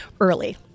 early